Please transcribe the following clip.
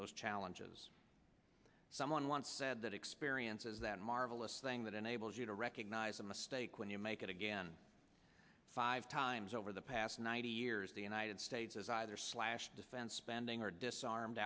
those challenges someone once said that experience is that marvelous thing that enables you to recognize a mistake when you make it again five times over the past ninety years the united states has either slash defense spending or disarmed